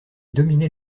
dominait